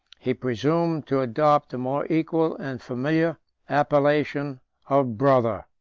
he presumed to adopt the more equal and familiar appellation of brother.